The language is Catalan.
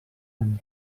amb